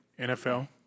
NFL